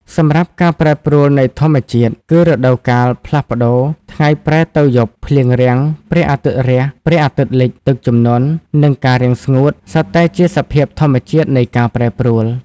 សម្រាប់ ការប្រែប្រួលនៃធម្មជាតិ គឺរដូវកាលផ្លាស់ប្ដូរ ថ្ងៃប្រែទៅយប់ ភ្លៀងរាំង ព្រះអាទិត្យរះ ព្រះអាទិត្យលិច ទឹកជំនន់ និងការរាំងស្ងួត សុទ្ធតែជាសភាពធម្មជាតិនៃការប្រែប្រួល។